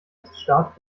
rechtsstaat